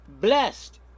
blessed